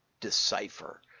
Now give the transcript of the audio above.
decipher